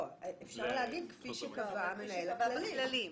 אפשר לומר כפי שקבע המנהל הכללי.